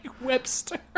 Webster